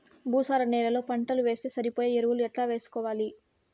భూసార నేలలో పంటలు వేస్తే సరిపోయే ఎరువులు ఎట్లా వేసుకోవాలి?